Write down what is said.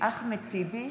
אחמד טיבי,